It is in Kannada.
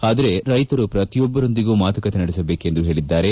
ಆದರೆ ರೈತರು ಪ್ರತಿಯೊಬ್ಲರೊಂದಿಗೂ ಮಾತುಕತೆ ನಡೆಸಬೇಕೆಂದು ಹೇಳಿದ್ದಾರೆ